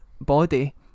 body